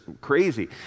crazy